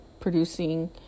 producing